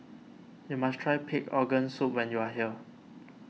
you must try Pig Organ Soup when you are here